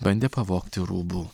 bandė pavogti rūbų